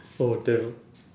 oh damn